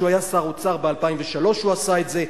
כשהוא היה שר אוצר ב-2003 הוא עשה את זה.